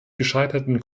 gescheiterten